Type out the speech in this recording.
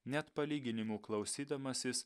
net palyginimų klausydamasis